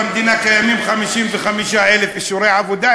במדינה קיימים 55,000 אישורי עבודה,